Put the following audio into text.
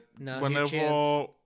whenever